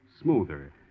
smoother